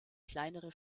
kleinere